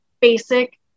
basic